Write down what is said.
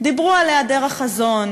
דיברו על היעדר החזון,